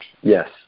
Yes